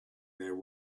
their